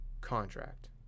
contract